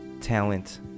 talent